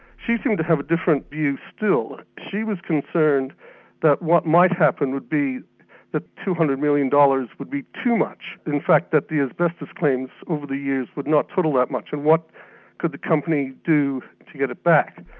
she seemed to have a different view still. she was concerned that what might happen would be that two hundred million dollars would be too much, that in fact that the asbestos claims over the years would not total that much, and what could the company do to get it back.